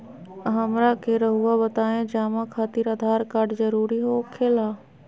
हमरा के रहुआ बताएं जमा खातिर आधार कार्ड जरूरी हो खेला?